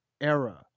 era